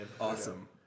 Awesome